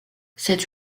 cette